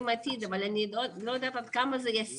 בואו נשמע את אורי גולדשטיין,